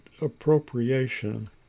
appropriation